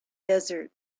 desert